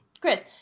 Chris